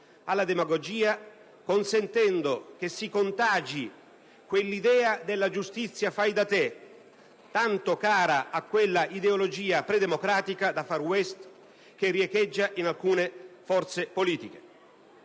alla demagogia, consentendo che si propaghi l'idea di una giustizia fai da te, tanto cara a quell'ideologia predemocratica, da *far west*, che riecheggia in alcune forze politiche.